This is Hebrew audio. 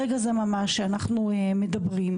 ברגע זה ממש שאנחנו מדברים,